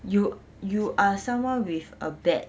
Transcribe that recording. you you are someone with a bad